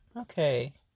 okay